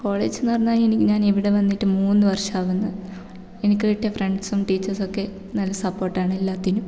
കോളേജെന്നു പറഞ്ഞാൽ ഞാൻ ഇവിടെ വന്നിട്ട് മൂന്നു വർഷമാകുന്നു എനിക്ക് കിട്ടിയ ഫ്രണ്ട്സും ടീച്ചേഴ്സൊക്കെ നല്ല സപ്പോർട്ടാണ് എല്ലാറ്റിനും